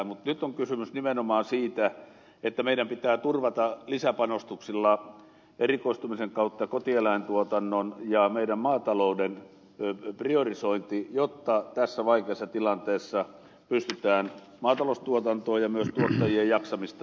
mutta nyt on kysymys nimenomaan siitä että meidän pitää turvata lisäpanostuksilla erikoistumisen kautta kotieläintuotannon ja meidän maatalouden priorisointi jotta tässä vaikeassa tilanteessa pystytään maataloustuotantoa ja myös tuottajien jaksamista tukemaan